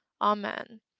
amen